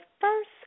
first